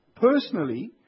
personally